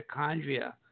mitochondria